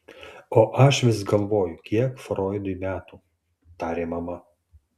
o aš vis galvoju kiek froidui metų tarė mama